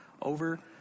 over